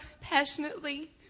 passionately